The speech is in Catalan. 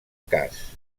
cas